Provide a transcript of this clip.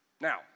Now